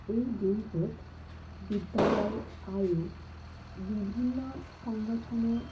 এই দিনটোত বিদ্যালয় আৰু বিভিন্ন সংগঠনে